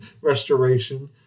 restoration